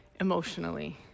emotionally